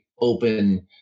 open